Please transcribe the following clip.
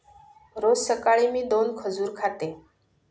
रोज सकाळी मी दोन खजूर खाते